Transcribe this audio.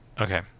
Okay